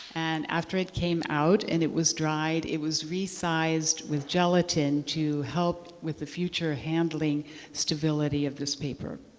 and after it came out and it was dried, it was resized with gelatin to help with the future handling stability of this paper.